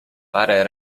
parę